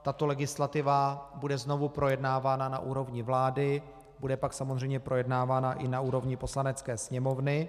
Tato legislativa bude znovu projednávána na úrovni vlády, bude pak samozřejmě projednávána i na úrovni Poslanecké sněmovny.